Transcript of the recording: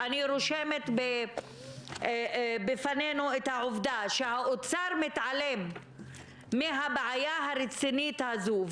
אני רושמת בפנינו את העובדה שהאוצר מתעלם מהבעיה הרצינית הזו.